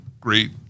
great